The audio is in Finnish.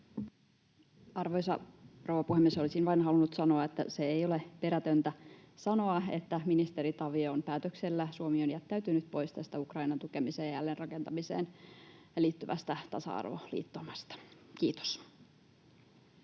Arvoisa rouva puhemies! Olisin vain halunnut sanoa, että ei ole perätöntä sanoa, että ministeri Tavion päätöksellä Suomi on jättäytynyt pois tästä Ukrainan tukemiseen ja jälleenrakentamiseen liittyvästä tasa-arvoliittoumasta. — Kiitos.